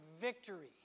victory